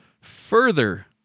Further